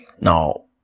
now